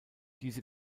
diese